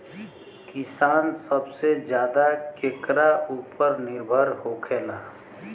किसान सबसे ज्यादा केकरा ऊपर निर्भर होखेला?